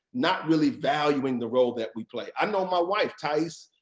not really valuing the role that we play. i know my wife tice.